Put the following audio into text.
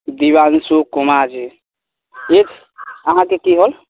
दिवाली शिव कुमार जी उर्फ अहाँके की होयत